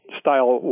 style